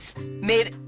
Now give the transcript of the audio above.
made